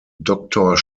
doctor